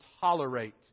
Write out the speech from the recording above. tolerate